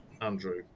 Andrew